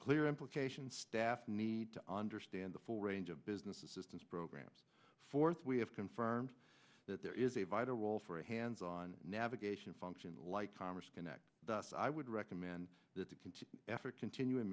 clear implication staff need to understand the full range of business assistance programs forth we have confirmed that there is a vital role for a hands on navigation function like commerce connect thus i would recommend that to continue